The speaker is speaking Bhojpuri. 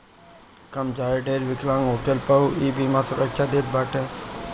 कम चाहे ढेर विकलांग होखला पअ इ बीमा सुरक्षा देत बाटे